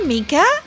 Mika